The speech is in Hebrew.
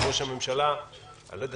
לא ברור למה זה תקוע.